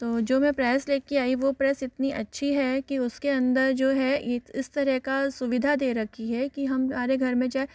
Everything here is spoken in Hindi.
तो जो मैं प्रेस ले कर आई वो प्रेस इतनी अच्छी है कि उसके अंदर जो है इस तरह का सुविधा दे रखी है की हमारे घर में चाहे